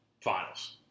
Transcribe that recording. finals